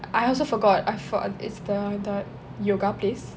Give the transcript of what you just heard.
I also forgot uh for is the the yoga place